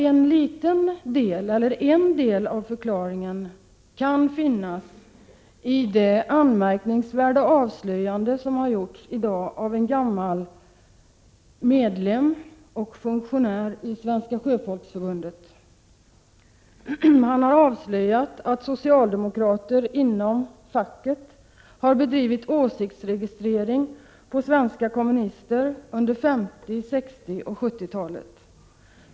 En del av förklaringen kan finnas i det anmärkningsvärda avslöjande som har gjortsi dag av en gammal medlem och funktionär i Svenska sjöfolksförbundet. Han har avslöjat att socialdemokrater inom facket har bedrivit åsiktsregistrering av svenska kommunister under 50-, 60 och 70-talen.